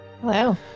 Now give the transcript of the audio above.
Hello